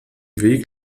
weg